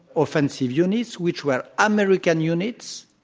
offensive units, which were american units,